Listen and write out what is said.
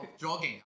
jogging